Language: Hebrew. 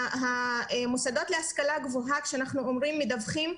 המוסדות להשכלה גבוהה מדווחים,